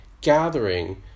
gathering